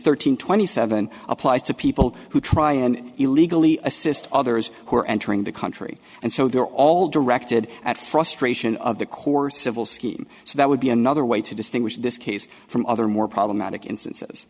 thirteen twenty seven applies to people who try and illegally assist others who are entering the country and so they're all directed at frustration of the core civil scheme so that would be another way to distinguish this case from other more problematic instances